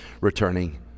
returning